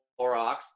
Clorox